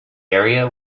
area